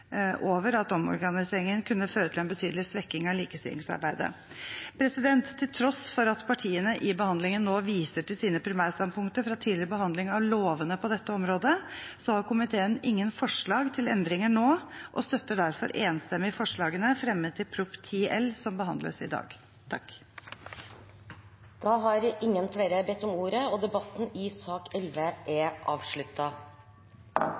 over at omorganiseringen kunne føre til en betydelig svekking av likestillingsarbeidet. Til tross for at partiene i behandlingen nå viser til sine primærstandpunkter fra tidligere behandling av lovene på dette området, har komiteen ingen forslag til endringer nå og støtter derfor enstemmig forslagene fremmet i Prop. 10 L for 2017–2018, som behandles i dag. Flere har ikke bedt om ordet til sak nr. 11. Komiteen har behandlet denne proposisjonen som foreslår endringer i